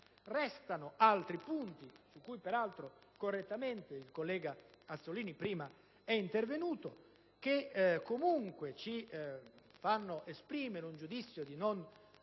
Restano altri punti, su cui peraltro correttamente il collega Azzollini prima è intervenuto, che comunque ci fanno esprimere un giudizio non